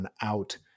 out